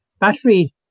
battery